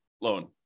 loan